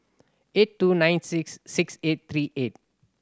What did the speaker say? eight two nine six six eight three eight